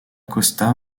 costa